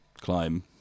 climb